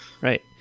right